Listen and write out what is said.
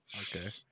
Okay